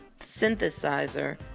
synthesizer